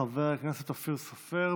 חבר הכנסת אופיר סופר.